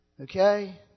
Okay